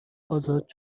ازاد